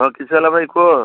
ହଁ କିସହେଲା ଭାଇ କୁହ